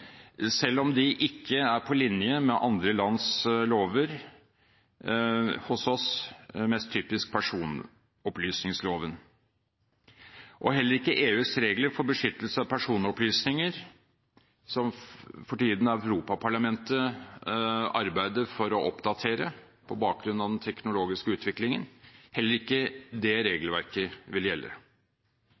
selv om de ikke er på linje med andre lands lover, hos oss mest typisk personopplysningsloven. Og heller ikke EUs regler for beskyttelse av personopplysninger, som for tiden Europaparlamentet arbeider for å oppdatere på bakgrunn av den teknologiske utviklingen, vil gjelde. Konsortiet som har kjøpt Nets, er ikke